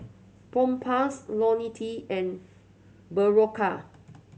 Propass Ionil T and Berocca